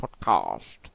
podcast